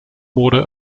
water